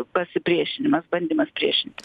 pasipriešinimas bandymas priešintis